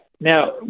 Now